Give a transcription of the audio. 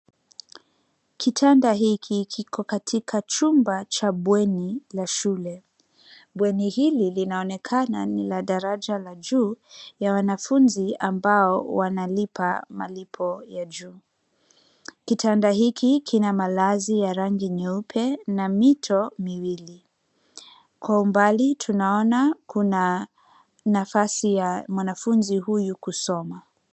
Kitanda hiko kiko katika chumba cha bweni la shule. Bweni hili linaonekana ni la daraja la juu ya wanafunzi ambao wanalipa malipo ya juu. Kitanda hiki kina malazi ya rangi nyeupe na mito miwili. Kwa umbali tunaona kuna nafasi ya mwanafunzi huyu kusoma.